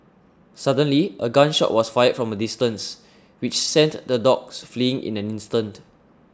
suddenly a gun shot was fired from a distance which sent the dogs fleeing in an instant